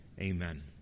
Amen